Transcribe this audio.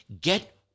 get